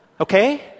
Okay